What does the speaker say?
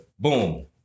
Boom